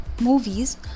movies